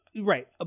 Right